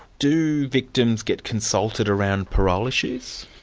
do victims get consulted around parole issues?